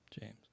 James